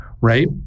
right